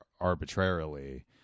arbitrarily